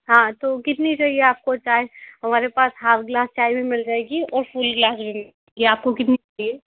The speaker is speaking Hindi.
हाँ तो कितनी चाहिए आपको चाय हमारे पास हाफ़ ग्लास चाय भी मिल जाएगी और फुल ग्लास भी मिल जाएगी कि आपको कितनी चाहिए